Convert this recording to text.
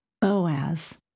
Boaz